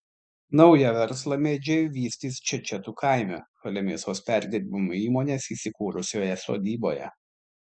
naują verslą mėdžiai vystys čečetų kaime šalia mėsos perdirbimo įmonės įsikūrusioje sodyboje